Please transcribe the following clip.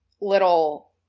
little